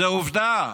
זו עובדה.